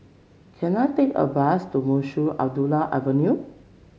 can I take a bus to Munshi Abdullah Avenue